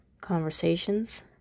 conversations